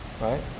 Right